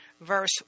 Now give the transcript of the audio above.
verse